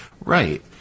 Right